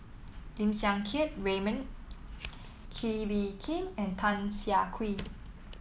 Lim Siang Keat Raymond Kee Bee Khim and Tan Siah Kwee